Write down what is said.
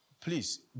please